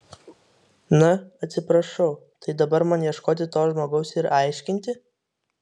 na atsiprašau tai dabar man ieškoti to žmogaus ir aiškinti